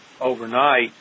overnight